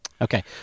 Okay